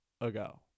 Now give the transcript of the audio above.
ago